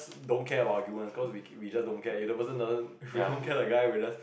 don't care about arguments cause we we just don't care if the person doesn't we don't care that guy we just